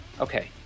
Okay